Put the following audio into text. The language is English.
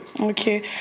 Okay